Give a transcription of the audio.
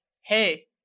hey